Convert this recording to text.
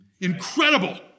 Incredible